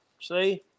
See